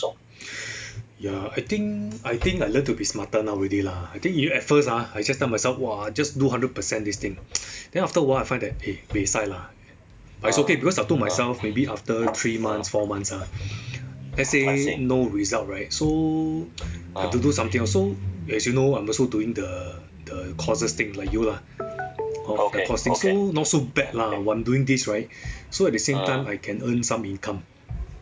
ya I think I think I learn to be smarter now already lah I think y~ at first ah I just tell myself !wah! I just do hundred percent this thing then after a while I find that eh buay sai lah but it's okay because I told myself after three months four months ah let's say no result right so I have to do something lor so as you know I'm also doing that the courses thing like you lah so not so bad lah so at the same time I can earn some income